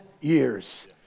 years